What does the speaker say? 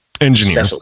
engineer